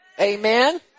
Amen